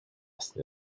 στην